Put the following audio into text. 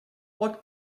what